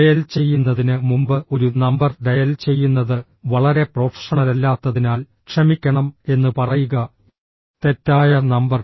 dial ചെയ്യുന്നതിന് മുമ്പ് ഒരു നമ്പർ ഡയൽ ചെയ്യുന്നത് വളരെ പ്രൊഫഷണലല്ലാത്തതിനാൽ ക്ഷമിക്കണം എന്ന് പറയുക തെറ്റായ നമ്പർ